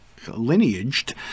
lineaged